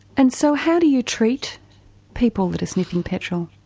and so how do you treat people that are sniffing petrol?